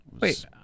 Wait